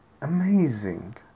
Amazing